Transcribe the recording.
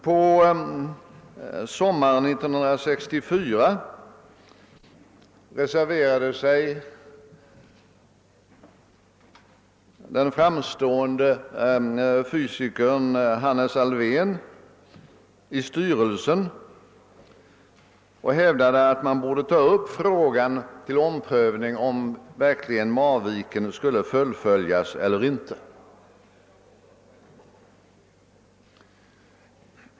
På sommaren 1964 reserverade sig den framstående fysikern Hannes Alfvén i styrelsen och hävdade att man borde ta upp frågan till omprövning, om verkligen Marviken skulle fullföljas eller inte.